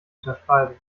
unterschreiben